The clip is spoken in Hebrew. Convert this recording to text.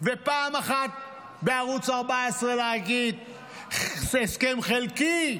פעם אחת להגיד בערוץ 14, זה הסכם חלקי,